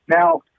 now